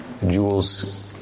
Jewels